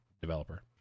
developer